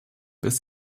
bis